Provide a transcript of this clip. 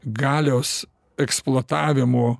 galios eksploatavimo